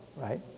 right